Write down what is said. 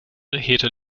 hete